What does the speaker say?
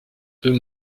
deux